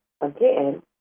again